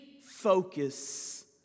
focus